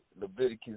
Leviticus